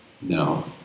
No